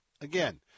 Again